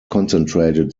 concentrated